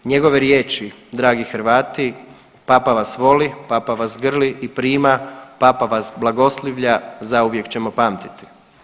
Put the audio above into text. Njegove riječi „Dragi Hrvati Papa vas voli, Papa vas grli i prima, Papa vas blagoslivlja“ zauvijek ćemo pamtiti.